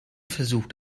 versucht